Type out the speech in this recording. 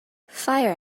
fire